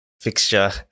fixture